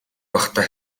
байхдаа